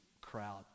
crowd